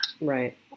Right